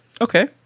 Okay